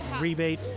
rebate